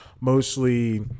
mostly